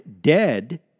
dead